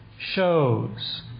Shows